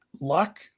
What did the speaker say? Luck